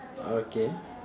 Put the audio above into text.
okay